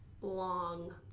long